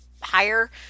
higher